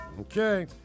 Okay